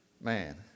Man